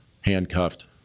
handcuffed